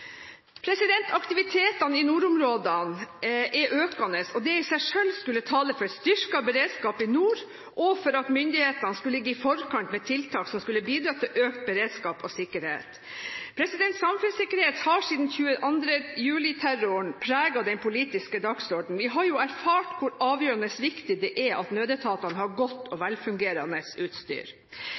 Aktivitetene i nordområdene er økende, og det i seg selv skulle tale for en styrket beredskap i nord og for at myndighetene skulle ligge i forkant med tiltak som bidrar til økt beredskap og sikkerhet. Samfunnssikkerhet har siden 22. juli-terroren preget den politiske dagsordenen. Vi har jo erfart hvor avgjørende viktig det er at nødetatene har et godt og velfungerende utstyr.